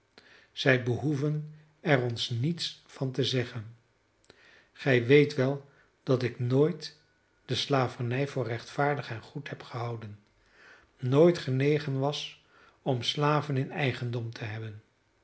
zij behoeven er ons niets van te zeggen gij weet wel dat ik nooit de slavernij voor rechtvaardig en goed heb gehouden nooit genegen was om slaven in eigendom te hebben